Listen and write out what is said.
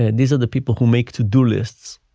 and these are the people who make to do lists,